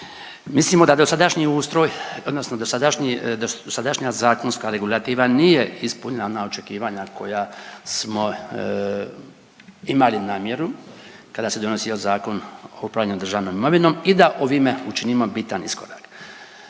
Mislimo da dosadašnji ustroj odnosno dosadašnja zakonska regulativa nije ispunila ona očekivanja koja smo imali namjeru kada se donosio Zakon o upravljanju državnom imovinom i da ovime učinimo bitan iskorak.